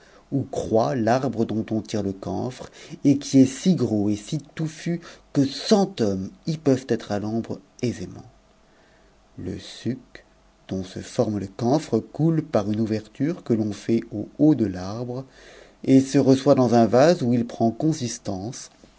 où croit f'arbrc dont on tire le camphre et qui est si gros et si touffu que cent hommes y peuvent être à l'ombre aisément le suc dont se forme je camphre coule par une ouverture que l'on fait au haut de l'arbre et se reçoit dans un vase où il prend consistance